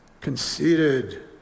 conceited